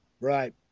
Right